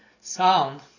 sound